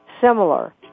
similar